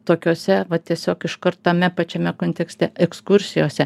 tokiose va tiesiog iškart tame pačiame kontekste ekskursijose